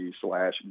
slash